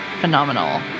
phenomenal